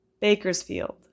Bakersfield